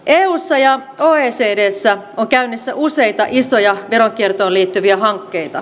eussa ja oecdssä on käynnissä useita isoja veronkiertoon liittyviä hankkeita